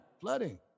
Flooding